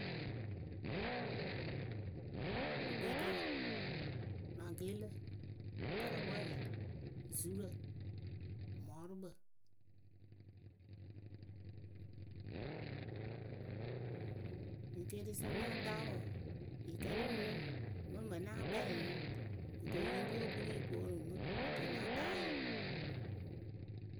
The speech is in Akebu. Gbeɖǝ maŋgelǝ pɔrʊpwɛ zʊrǝ mɔɔrʊkpǝ ekeerisa náa taa wǝǝ yɨ kǝlɨ mɨ mɨ mɨŋmɨ náa kpɛŋ yɨ. kɨto yɨŋ ru okuri yɨ koonu mɨ kɨto náa taa yɨ.